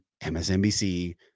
MSNBC